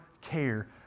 care